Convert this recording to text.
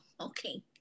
okay